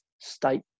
state